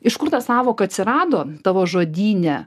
iš kur ta sąvoka atsirado tavo žodyne